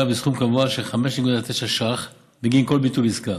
בסכום קבוע של 5.90 ש"ח בגין כל ביטול עסקה,